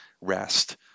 rest